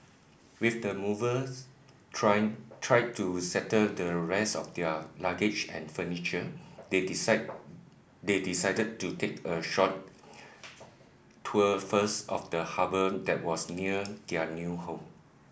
with the movers trying try to settle the rest of their luggage and furniture they decide they decided to take a short tour first of the harbour that was near their new home